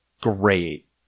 great